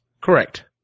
Correct